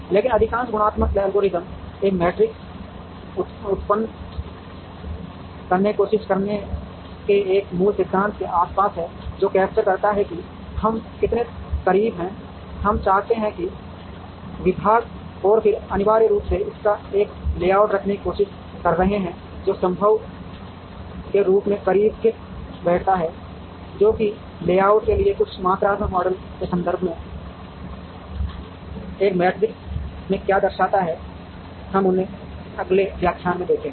लेकिन अधिकांश गुणात्मक एल्गोरिदम एक मैट्रिक्स उत्पन्न करने की कोशिश करने के एक मूल सिद्धांत के आसपास हैं जो कैप्चर करता है कि हम कितने करीब हैं हम चाहते हैं कि विभाग और फिर अनिवार्य रूप से इनका एक लेआउट रखने की कोशिश कर रहे हैं जो संभव के रूप में करीब फिट बैठता है जैसा कि लेआउट के लिए कुछ मात्रात्मक मॉडल के संबंध में इस मैट्रिक्स में क्या दर्शाया गया है हम उन्हें अगले व्याख्यान में देखेंगे